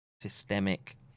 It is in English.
systemic